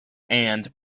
and